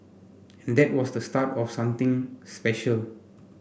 and that was the start of something special